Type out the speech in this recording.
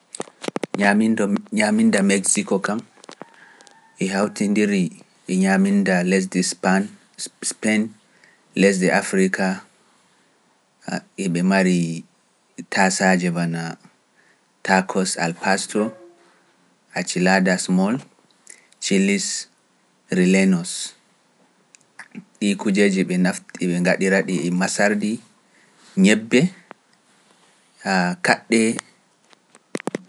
Ñaminda Meksiko kam e hawtindiri e ñaminda lesdi Sipan, lesdi Afrika, e ɓe mari tasaje wanaa Takos Alpastu, Aciladas Mool, Thilis Rilenos. Ɗii kujeeji ɓe nafti, ɓe ngaɗira ɗi, masardi, ñebbe, kaɗɗe, ɗe.